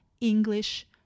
english